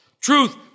Truth